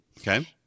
Okay